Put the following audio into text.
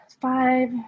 five